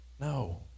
no